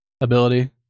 ability